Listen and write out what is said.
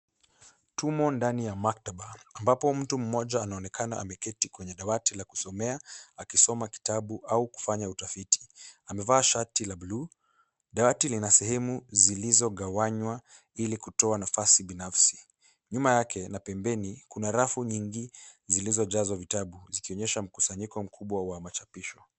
Tumo ndani ya maktaba, ambapo mtu mmoja anaonekana ameketi kwenye dawati la kusomea, akisoma kitabu au kufanya utafiti, amevaa shati la blue . Dawati lina sehemu zilizogawanywa ili kutoa nafasi binafsi. Nyuma yake na pembeni, kuna rafu nyingi zilizojwa vitabu, zikionyesha mkusanyiko mkubwa wa machapisho.